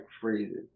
phrases